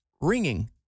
ringing